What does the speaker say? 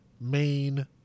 main